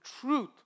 truth